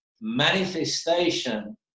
Manifestation